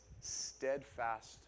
steadfast